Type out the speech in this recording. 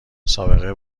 سابقه